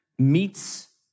meets